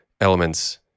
elements